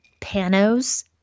panos